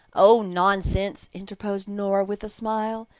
oh, nonsense, interposed nora, with a smile.